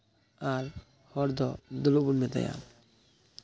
ᱟᱨ ᱦᱚᱲ ᱫᱚ ᱫᱩᱲᱩᱵ ᱵᱚᱱ ᱢᱮᱛᱟᱭᱟ